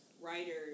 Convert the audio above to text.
writers